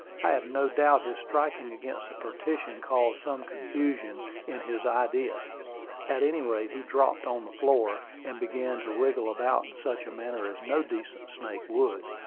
i have no doubt his striking against the partition caused some confusion in his ideas at any rate, he dropped on the floor, and began to wriggle about in such a manner as no decent snake would,